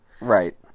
Right